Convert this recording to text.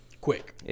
Quick